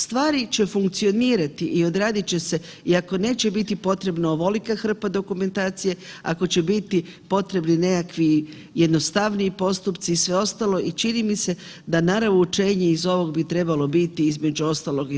Stvari će funkcionirati i odradit će se i ako neće biti potrebno ovolika hrpa dokumentacije, ako će biti potrebni nekakvi jednostavniji postupci i sve ostalo i čini mi se da ... iz ovog bi trebalo biti između ostalog, i to.